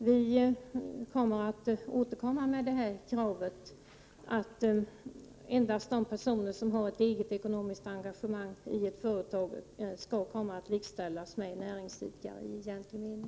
Vi kommer att återkomma med kravet att endast de personer som har ett eget ekonomiskt engagemang i ett företag skall komma att likställas med 143 näringsidkare i egentlig mening.